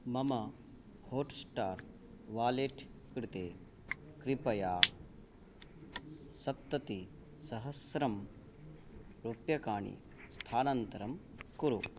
मम Hotstar wallet कृते कृपया सप्ततिसहस्रं रूप्यकाणि स्थानान्तरं कुरु